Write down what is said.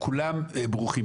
כולם ברוכים,